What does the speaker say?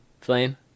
Flame